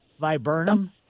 Viburnum